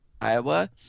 Iowa